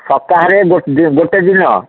ସପ୍ତାହରେ ଗୋଟେ ଦିନ